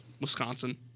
Wisconsin